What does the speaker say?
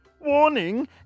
Warning